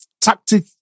tactic